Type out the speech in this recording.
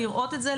לראות את זה,